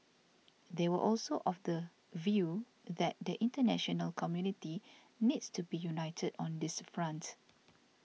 they were also of the view that the international community needs to be united on this front